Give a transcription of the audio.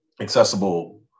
accessible